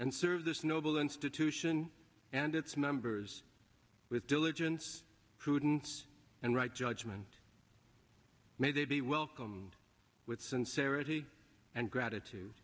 and serve this noble institution and its members with diligence prudence and right judge and may they be welcomed with sincerity and gratitude